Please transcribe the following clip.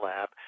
Lab